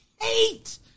hate